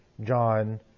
John